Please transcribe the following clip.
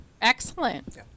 Excellent